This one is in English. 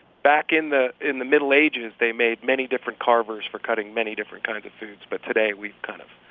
back in the in the middle ages, though, they made many different carvers for cutting many different kinds of foods. but today, we kind of